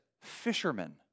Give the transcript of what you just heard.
fishermen